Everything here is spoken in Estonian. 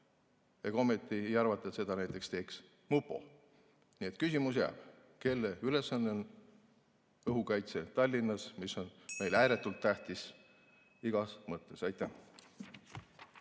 Ega ometi ei arvata, et seda teeks näiteks mupo? Nii et küsimus jääb, kelle ülesanne on õhukaitse Tallinnas, mis on meile ääretult tähtis igas mõttes. Aitäh!